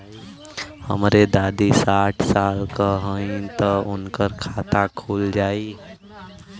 हमरे दादी साढ़ साल क हइ त उनकर खाता खुल जाई?